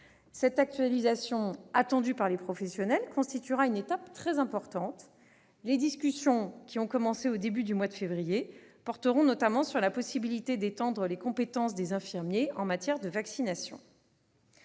Cette actualisation, attendue par les professionnels, constituera une étape très importante. Les discussions, qui ont commencé au début du mois de février, porteront notamment sur la possibilité d'étendre les compétences des infirmiers en matière de vaccination.